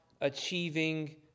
achieving